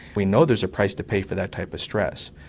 we know there's a price to pay for that type of stress.